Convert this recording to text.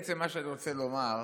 בעצם מה שאני רוצה לומר זה: